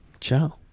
Ciao